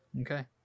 Okay